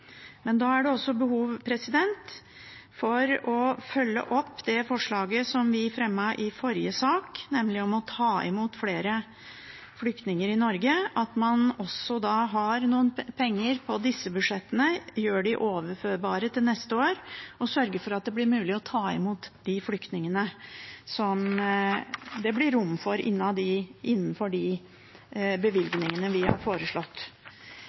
Men da er det også behov for å følge opp det forslaget som vi fremmet i forrige sak, nemlig det om å ta imot flere flyktninger i Norge – at man også har noen penger på disse budsjettene og gjør dem overførbare til neste år, og sørger for at det blir mulig å ta imot de flyktningene som det blir rom for innenfor de bevilgningene vi har foreslått.